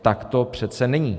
Tak to přece není.